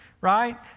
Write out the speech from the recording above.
Right